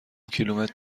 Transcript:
کیلومتر